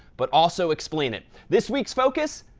but also explain it. this week's focus,